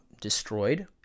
destroyed